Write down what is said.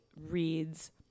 reads